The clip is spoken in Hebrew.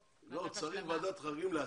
צריך ועדת חריגים לעתיד.